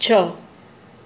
छह